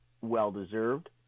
well-deserved